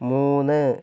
മൂന്ന്